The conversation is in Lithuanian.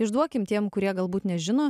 išduokim tiem kurie galbūt nežino